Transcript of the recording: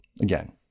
again